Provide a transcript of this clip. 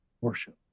worship